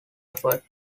effort